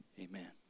amen